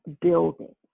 building